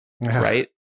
right